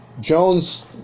Jones